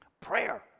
Prayer